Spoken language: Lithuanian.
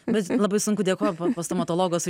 bet labai sunku dėkot po po stomatologo su